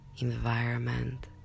environment